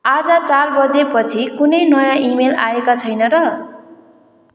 आज चारबजेपछि कुनै नयाँ इमेल आएका छैन र